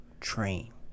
train